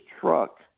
truck